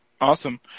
Awesome